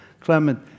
Clement